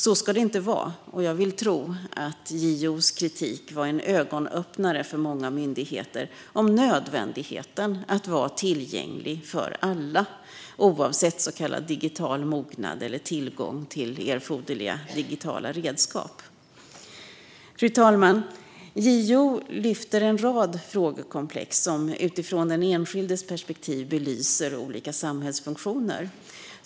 Så ska det inte vara, och jag vill tro att JO:s kritik var en ögonöppnare för många myndigheter om nödvändigheten att vara tillgänglig för alla, oavsett så kallad digital mognad eller tillgång till erforderliga digitala redskap. Fru talman! JO tar upp en rad frågekomplex som utifrån den enskildes perspektiv belyser olika samhällsfunktioner.